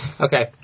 Okay